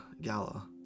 gala